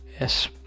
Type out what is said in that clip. yes